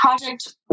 project